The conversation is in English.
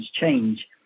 change